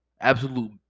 absolute